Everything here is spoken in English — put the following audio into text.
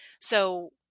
So-